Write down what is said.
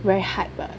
very hype [what]